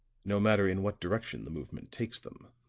no matter in what direction the movement takes them.